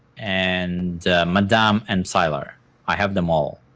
and madame and psylar i have them all